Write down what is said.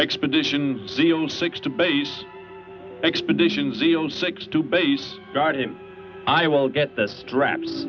expedition seal six to base expedition zero six two base guardian i will get the straps